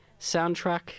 soundtrack